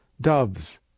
doves